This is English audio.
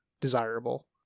desirable